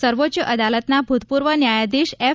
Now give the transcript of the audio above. સર્વોચ્ચ અદાલતના ભૂતપૂર્વ ન્યાયાધીશ એફ